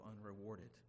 unrewarded